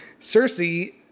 Cersei